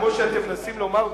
כמו שאתם מנסים לומר,